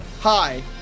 hi